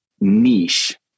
niche